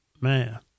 Man